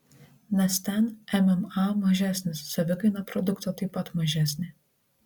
nes ten mma mažesnis savikaina produkto taip pat mažesnė